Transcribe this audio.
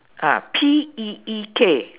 ah P E E K